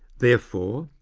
therefore,